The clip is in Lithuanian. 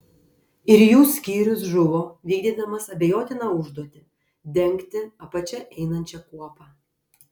ir jų skyrius žuvo vykdydamas abejotiną užduotį dengti apačia einančią kuopą